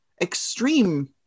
extreme